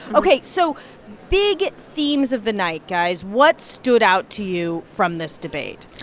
ok, so big themes of the night, guys what stood out to you from this debate?